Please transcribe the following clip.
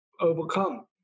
overcome